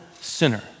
sinner